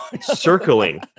circling